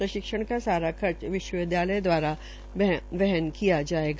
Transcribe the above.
प्रशिक्षण का सारा खर्च विश्वविदयालय दवारा वहन किया जायेगा